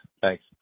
Thanks